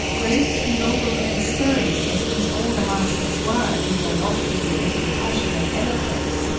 great, noble and stirring as these older masters were in their lofty and impassioned eloquence,